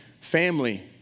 family